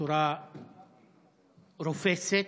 בצורה רופסת,